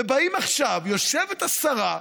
ובאים עכשיו, יושבת השרה,